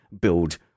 build